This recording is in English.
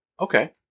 Okay